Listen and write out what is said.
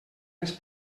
les